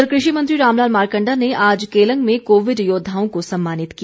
उधर कृषि मंत्री रामलाल मारकंडा ने आज केलंग में कोविड योद्वाओं को सम्मानित किया